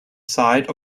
side